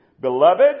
Beloved